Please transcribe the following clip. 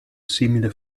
simile